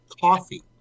coffee